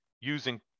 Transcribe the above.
using